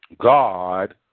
God